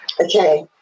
Okay